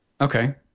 Okay